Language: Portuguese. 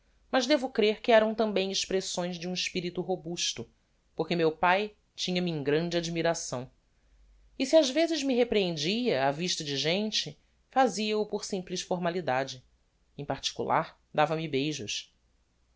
mas devo crer que eram tambem expressões de um espirito robusto porque meu pae tinha-me em grande admiração e se ás vezes me reprehendia á vista de gente fazia-o por simples formalidade em particular dava-me beijos